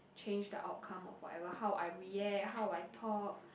change the outcome of whatever how I react how I talk